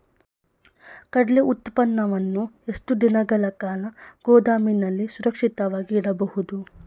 ಕಡ್ಲೆ ಉತ್ಪನ್ನವನ್ನು ಎಷ್ಟು ದಿನಗಳ ಕಾಲ ಗೋದಾಮಿನಲ್ಲಿ ಸುರಕ್ಷಿತವಾಗಿ ಇಡಬಹುದು?